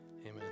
Amen